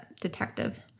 detective